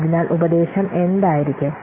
അതിനാൽ ഉപദേശം എന്തായിരിക്കും